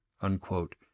unquote